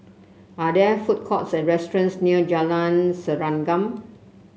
are there food courts or restaurants near Jalan Serengam